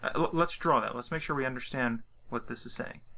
ah let's draw that. let's make sure we understand what this is saying.